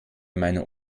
meiner